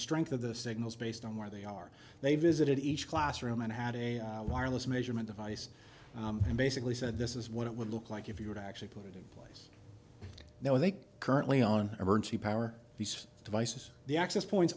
strength of the signals based on where they are they visited each classroom and had a wireless measurement device and basically said this is what it would look like if you would actually put it in there with a currently on emergency power devices the access points